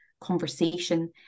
conversation